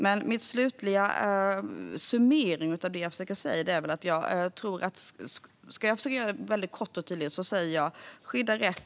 Min slutliga summering av det jag försöker säga är, väldigt kort och tydligt: Skydda rätt, och bruka klokt.